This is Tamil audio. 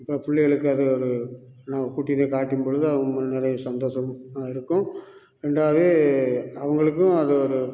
அப்புறம் பிள்ளைகளுக்கு அது ஒரு நம்ம கூட்டிகிட்டு போயி காட்டும் பொழுது அவங்களும் நிறையா சந்தோஷம் இருக்கும் ரெண்டாவது அவங்களுக்கும் அது ஒரு